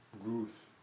Ruth